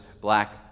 black